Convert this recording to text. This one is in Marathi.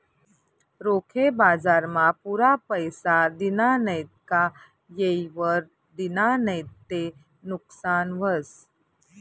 रोखे बजारमा पुरा पैसा दिना नैत का येयवर दिना नैत ते नुकसान व्हस